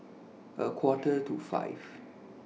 A Quarter to five